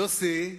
יוסי,